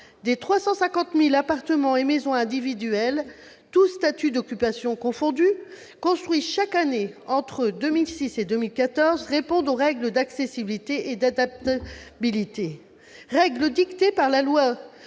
des 350 000 appartements et maisons individuelles, tous statuts d'occupation confondus, construits chaque année entre 2006 et 2014 répondent aux règles d'accessibilité et d'adaptabilité fixées par la loi